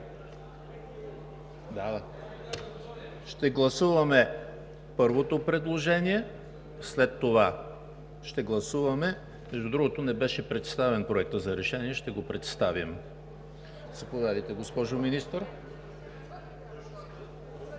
Ще гласуваме първото предложение, след това ще гласуваме… Между другото, не беше представен Проектът за решение – ще го представим. Заповядайте, госпожо Министър.